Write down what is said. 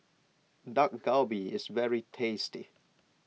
Dak Galbi is very tasty